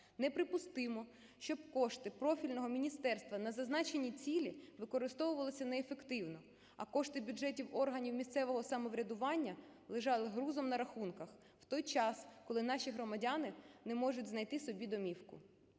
Неприпустимо, щоб кошти профільного міністерства на зазначені цілі використовувалися неефективно, а кошти бюджетів органів місцевого самоврядування лежали грузом на рахунках в той час, коли наші громадяни не можуть знайти собі домівку.